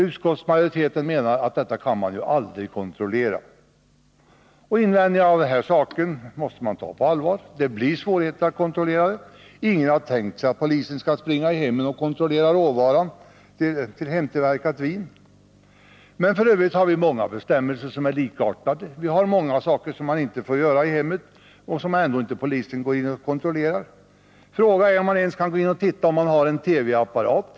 Utskottsmajoriteten menar att detta aldrig kan kontrolleras. Invändningar av detta slag måste man också ta på allvar — det blir svårigheter att kontrollera det hela. Ingen har tänkt sig att polisen skall springa i hemmen och kontrollera råvaran till hemtillverkat vin. F. ö. är det många bestämmelser som är likartade. Det är mycket som man inte får göra i hemmet och som polisen ännu inte går in och kontrollerar. Frågan är om man ens får gå in och titta om det finns TV-apparat.